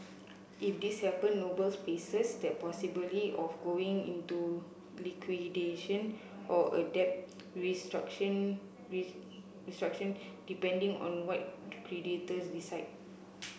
if this happen Noble's faces the possibility of going into liquidation or a debt restructuring restructuring depending on what creditors decide